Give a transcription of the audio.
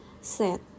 set